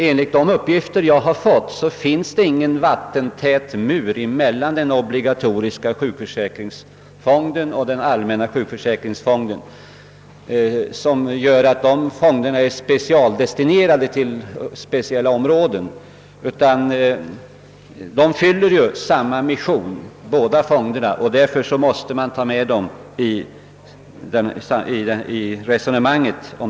Enligt de uppgifter jag bar fått finns det inga vattentäta skott mellan den obligatoriska sjukförsäkringsfonden och den allmänna sjukför säkringsfonden. Fonderna är alltså inte specialdestinerade till vissa områden utan fyller samma mission, och därför måste båda tas med i resonemanget.